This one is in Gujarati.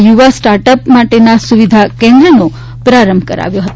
યુવા સ્ટાર્ટઅપ માટેના સુવિધા કેન્દ્રનો પ્રારંભ કરાવ્યો હતો